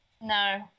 No